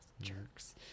Jerks